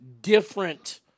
different